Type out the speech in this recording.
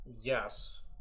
Yes